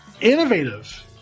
innovative